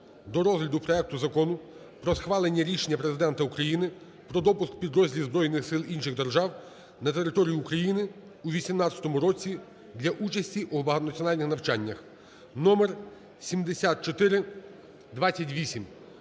до розгляду проекту Закону про схвалення рішення Президента України про допуск підрозділів збройних сил інших держав на територію України у 2018 році для участі у багатонаціональних навчаннях (№ 7428).